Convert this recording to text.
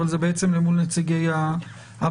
אבל זה בעצם מול נציגי הממשלה.